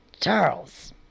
Charles